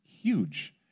huge